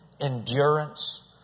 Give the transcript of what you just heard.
endurance